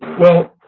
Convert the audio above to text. well,